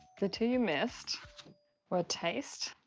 the two you missed were taste,